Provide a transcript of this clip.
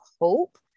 hope